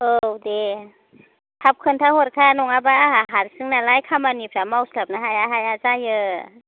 औ दे थाब खिन्थाहरखा नङाबा आंहा हारसिं नालाय खामानिफ्रा मावस्लाबनो हाया हाया जायो